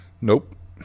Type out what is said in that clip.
Nope